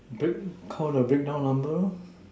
break Call the breakdown number lor